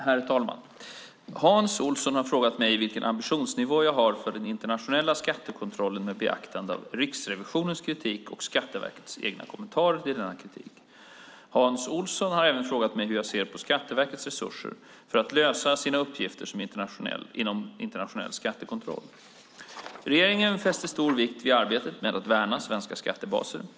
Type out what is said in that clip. Herr talman! Hans Olsson har frågat mig vilken ambitionsnivå jag har för den internationella skattekontrollen med beaktande av Riksrevisionens kritik och Skatteverkets egna kommentarer till denna kritik. Hans Olsson har även frågat mig hur jag ser på Skatteverkets resurser för att lösa sina uppgifter inom internationell skattekontroll. Regeringen fäster stor vikt vid arbetet med att värna svenska skattebaser.